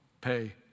pay